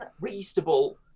reasonable